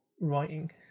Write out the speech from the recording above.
writing